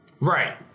right